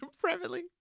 Privately